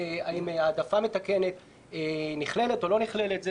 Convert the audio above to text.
האם העדפה מתקנת נכללת או לא נכללת.